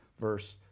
verse